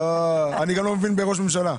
אני גם לא מבין בראשות ממשלה.